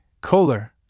Kohler